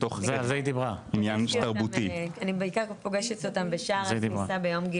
אני בעיקר פוגשת אותם בשער הכניסה ביום הגיוס לצבא.